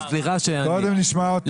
קודם נשמע אותם.